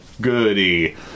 goody